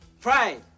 Pride